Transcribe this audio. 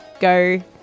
go